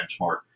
benchmark